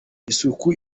isuku